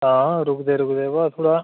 हां रुकदे रुकदे बो इत्थूं दा